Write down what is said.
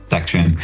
Section